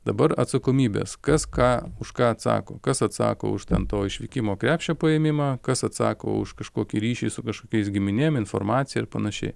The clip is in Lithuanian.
dabar atsakomybės kas ką už ką atsako kas atsako už ten to išvykimo krepšio paėmimą kas atsako už kažkokį ryšį su kažkokiais giminėm informacija ir panašiai